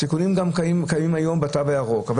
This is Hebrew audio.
הסיכונים גם קיימים היום בתו הירוק.